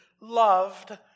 loved